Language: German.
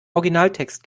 originaltext